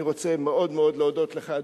אני רוצה מאוד מאוד להודות לך,